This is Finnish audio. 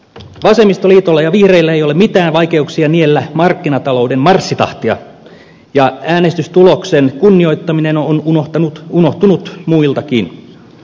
vasemmistoliitolla ja vihreillä ei ole mitään vaikeuksia niellä markkinatalouden marssitahtia ja äänestystuloksen kunnioittaminen on unohtunut muiltakin